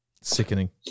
Sickening